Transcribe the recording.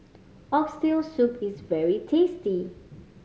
Oxtail Soup is very tasty